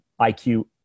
IQ